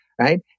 right